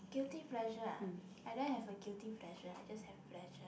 guilty pleasure ah I don't have a guilty pleasure I just have pleasure